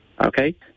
Okay